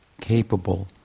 capable